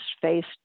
faced